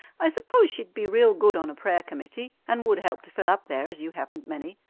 i suppose she'd be real good on a prayer committee, and would help to fill up there, as you haven't many.